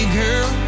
girl